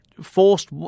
forced